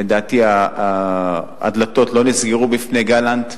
לדעתי הדלתות לא נסגרו בפני גלנט,